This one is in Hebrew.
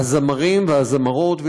הזמרים והזמרות,